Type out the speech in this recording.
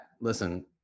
Listen